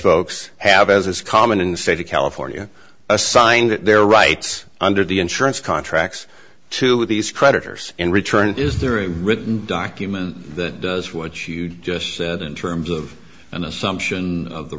spokes have as is common in the state of california assigned their rights under the insurance contracts to these creditors in return is there a written document that does what you just said in terms of an assumption of the